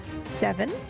Seven